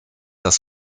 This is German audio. das